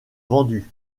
vendus